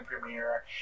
premiere